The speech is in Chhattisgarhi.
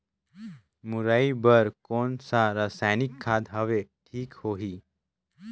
मुरई बार कोन सा रसायनिक खाद हवे ठीक होही?